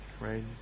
Right